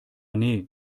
nee